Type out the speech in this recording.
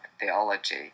theology